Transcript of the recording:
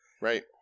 right